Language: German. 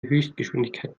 höchstgeschwindigkeit